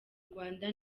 rwanda